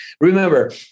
Remember